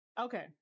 Okay